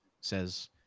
says